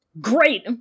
Great